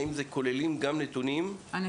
האם זה כולל גם נתונים על מגרשי משחקים?